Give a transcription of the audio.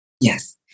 Yes